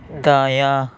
دایاں